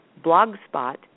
blogspot